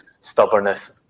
stubbornness